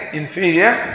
inferior